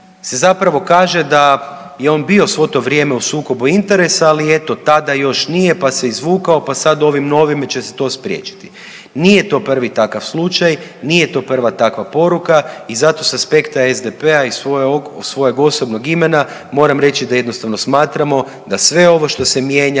se zapravo kaže da je on bio svo to vrijeme u sukobu interesa, ali eto tada još nije pa se izvukao, pa sad ovim novim će se to spriječiti. Nije to prvi takav slučaj. Nije to prva takva poruka i zato sa aspekta SDP-a i svojeg osobnog imena moram reći da jednostavno smatramo da sve ovo što se mijenja